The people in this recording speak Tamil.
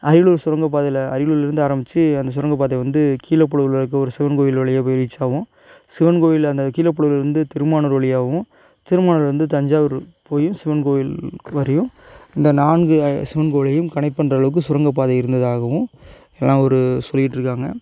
அரியலூர் சுரங்கப் பாதையில அரியலூர்லிருந்து ஆரமிச்சு அந்த சுரங்கப் பாதை வந்து கீழப்பழூரில் இருக்க ஒரு சிவன் கோயில் வழியாக போய் ரீச் ஆவும் சிவன் கோயில் அந்த கீழப்பழூரிலிருந்து திருமானூர் வழியாவும் திருமானூர்லேருந்து தஞ்சாவூர் போய் சிவன் கோயில் வரையும் இந்த நான்கு சிவன் கோயிலையும் கனெக்ட் பண்ணுற அளவுக்கு சுரங்கப் பாதை இருந்ததாகவும் எல்லாம் ஒரு சொல்லிக்கிட்டு இருக்காங்க